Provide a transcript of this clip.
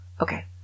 Okay